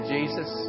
Jesus